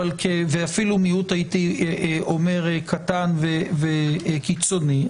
ואפילו הייתי אומר מיעוט קטן וקיצוני,